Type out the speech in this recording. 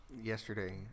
Yesterday